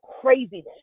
craziness